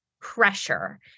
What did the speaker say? pressure